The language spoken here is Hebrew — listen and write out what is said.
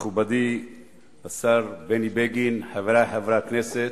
מכובדי השר בני בגין, חברי חברי הכנסת,